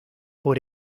por